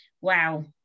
wow